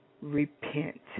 repent